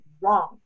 wrong